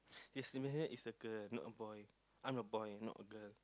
is a girl not a boy I'm a boy not a girl